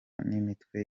n’imitwe